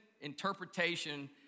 interpretation